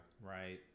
right